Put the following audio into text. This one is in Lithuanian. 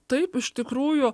taip iš tikrųjų